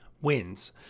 wins